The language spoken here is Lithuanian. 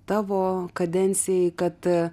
tavo kadencijai kad